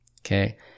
Okay